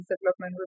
development